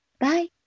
Bye